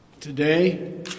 Today